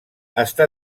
està